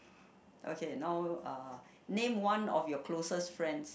okay now uh name one of your closest friends